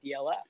DLF